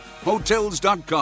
Hotels.com